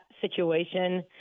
situation